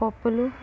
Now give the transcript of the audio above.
పప్పులు